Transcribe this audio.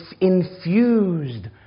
infused